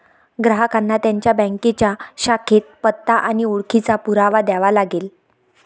ग्राहकांना त्यांच्या बँकेच्या शाखेत पत्ता आणि ओळखीचा पुरावा द्यावा लागेल